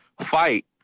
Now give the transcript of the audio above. fight